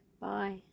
bye